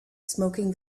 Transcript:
smoking